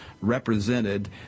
represented